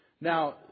Now